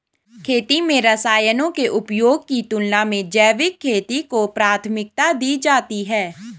खेती में रसायनों के उपयोग की तुलना में जैविक खेती को प्राथमिकता दी जाती है